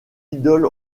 idole